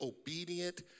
obedient